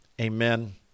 Amen